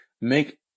make